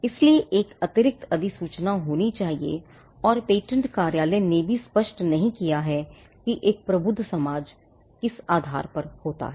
इसलिए एक अतिरिक्त अधिसूचना होनी चाहिए और पेटेंट कार्यालय ने भी स्पष्ट नहीं किया है कि एक प्रबुद्ध समाज किस आधार पर होता है